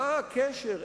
מה הקשר?